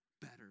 Better